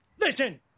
Listen